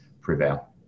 prevail